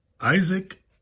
Isaac